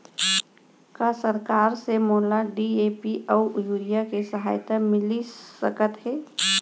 का सरकार से मोला डी.ए.पी अऊ यूरिया के सहायता मिलिस सकत हे?